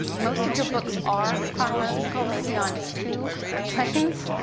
most of your books are chronological, maybe on two planes,